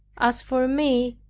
as for me,